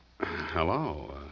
Hello